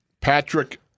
Patrick